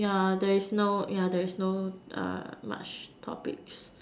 yeah there is no yeah there is no much topics